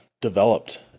developed